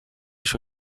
się